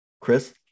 Chris